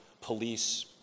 police